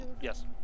Yes